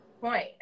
point